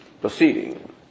proceeding